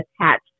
attached